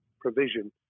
provision